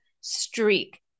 streak